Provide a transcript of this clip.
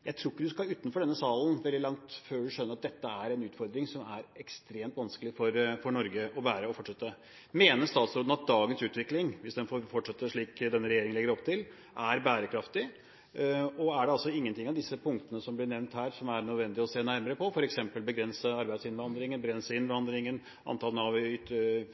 en utfordring som er ekstremt vanskelig for Norge å fortsette å bære. Mener statsråden at dagens utvikling – hvis den får fortsette slik denne regjeringen legger opp til – er bærekraftig? Er det ingen av disse punktene som ble nevnt, det er nødvendig å se nærmere på, f.eks. å begrense arbeidsinnvandringen, innvandringen, og antall